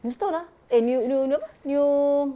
new stall ah eh ne~ ne~ new apa new